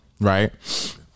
right